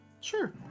Sure